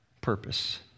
purpose